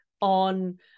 on